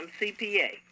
CPA